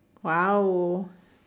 !wow!